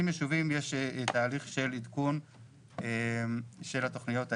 ישובים יש תהליך של עדכון של התכניות האלה,